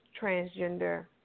transgender